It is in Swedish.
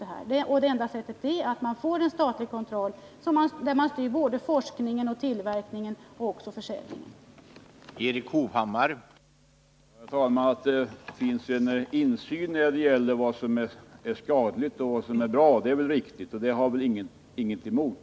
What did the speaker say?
Det enda sättet att komma åt dessa förhållanden är att åstadkomma en statlig kontroll, som styr forskningen, tillverkningen och försäljningen på läkemedelsområdet.